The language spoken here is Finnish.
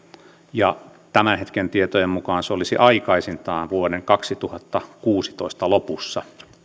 tämän hetken tietojen mukaan se olisi aikaisintaan vuoden kaksituhattakuusitoista lopussa